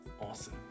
awesome